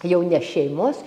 jau ne šeimos